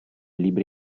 libri